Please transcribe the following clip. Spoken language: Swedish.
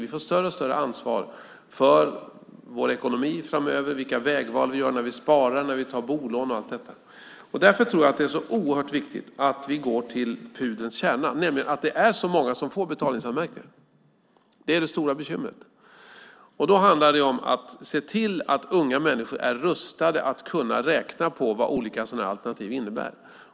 Vi får större och större ansvar för vår ekonomi framöver, vilka vägval vi gör när vi sparar, när vi tar bolån och allt sådant. Därför är det oerhört viktigt att vi går till pudelns kärna, nämligen att det är så många som får betalningsanmärkningar. Det är det stora bekymret. Då handlar det om att se till att unga människor är rustade att kunna räkna på vad olika alternativ innebär.